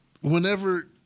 whenever